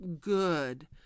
good